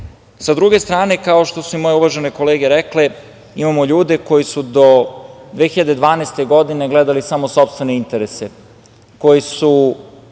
druge strane, kao što su i moje uvažene kolege rekle, imamo ljude koji su do 2012. godine gledali samo sopstvene interese koji su,